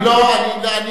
גם חוק לשון הרע זה לא שלנו.